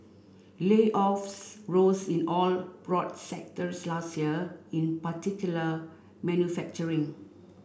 layoffs rose in all broad sectors last year in particular manufacturing